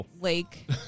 lake